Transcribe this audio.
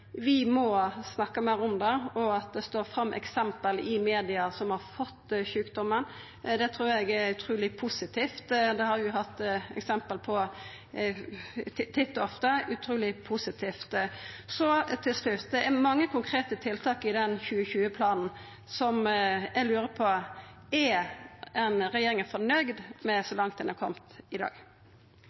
vi må snakka meir om det. At personar som har fått sjukdomen, står fram i media, trur eg er utruleg positivt. Det har vi hatt eksempel på titt og ofte – utruleg positivt. Til slutt: Det er mange konkrete tiltak i den 2020-planen, og eg lurar på: Er regjeringa fornøgd med kor langt ein er komen i dag?